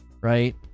right